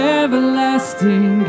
everlasting